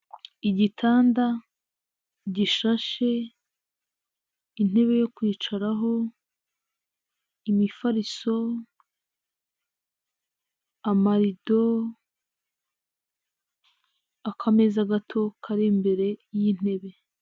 Igitanda gishashe, intebe yo kwicaraho, imifariso, amarido, akameza gato kari imbere y'intebe.